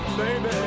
baby